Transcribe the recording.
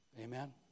Amen